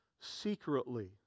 secretly